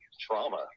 trauma